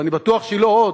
ואני בטוח שהיא לא עוד,